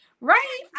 Right